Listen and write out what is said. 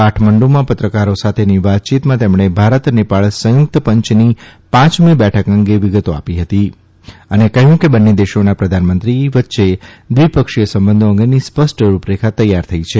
કાઠમંડુમાં પત્રકારો સાથેની વાતચીતમાં તેમણે ભારત નેપાળ સંયુક્ત પંચની પાંચમી બેઠક અંગે વિગતો આપી હતી અને કહ્યું કે બંને દેશોના પ્રધાનમંત્રીએ વચ્ચે દ્વિપક્ષી સંબંધો અંગેની સ્પષ્ટ રૂપરેખા તૈયાર થઇ છે